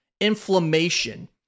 inflammation